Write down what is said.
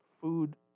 food